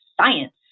science